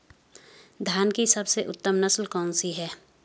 धान की सबसे उत्तम नस्ल कौन सी है?